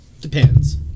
depends